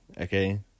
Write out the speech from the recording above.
okay